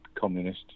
communist